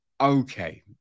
okay